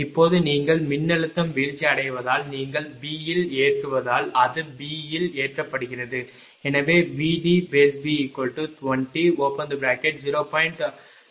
இப்போது நீங்கள் மின்னழுத்தம் வீழ்ச்சியடைவதால் நீங்கள் B இல் ஏற்றுவதால் அது B இல் ஏற்றப்படுகிறது